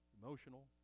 emotional